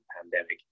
pandemic